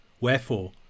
Wherefore